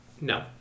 No